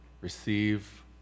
Receive